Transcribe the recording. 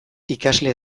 ikasle